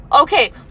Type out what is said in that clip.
okay